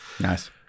Nice